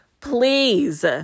Please